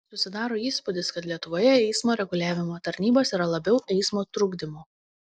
susidaro įspūdis kad lietuvoje eismo reguliavimo tarnybos yra labiau eismo trukdymo